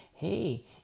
Hey